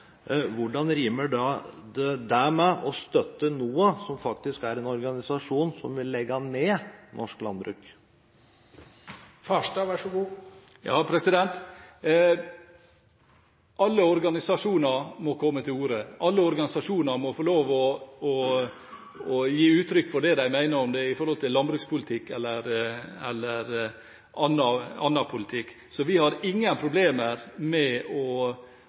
hvordan rimer det med å støtte NOAH, som faktisk er en organisasjon som vil legge ned norsk landbruk? Alle organisasjoner må komme til orde. Alle organisasjoner må få lov til å gi uttrykk for det de mener, om det er om landbrukspolitikk eller om annen politikk. Vi har ingen problemer med å